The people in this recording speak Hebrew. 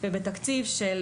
ובתקציב של